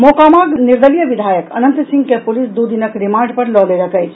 मोकामाक निर्दलीय विघायक अनंत सिंह के पुलिस दू दिनक रिमांड पर लऽ लेलक अछि